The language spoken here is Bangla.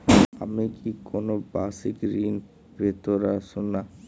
আমি কি কোন বাষিক ঋন পেতরাশুনা?